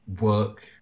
work